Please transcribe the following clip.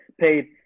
paid